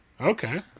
Okay